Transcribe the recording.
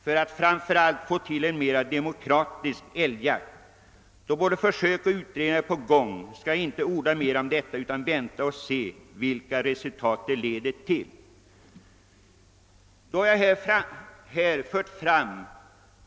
Framför allt bör vi få mer demokratiska bestämmelser för älgjakten. Då en utredning pågår skall jag emellertid inte orda mer härom utan avvakta de resultat som den kan leda till.